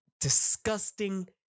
disgusting